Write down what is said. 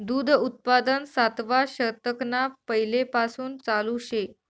दूध उत्पादन सातवा शतकना पैलेपासून चालू शे